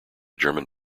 german